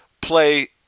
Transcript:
play